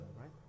right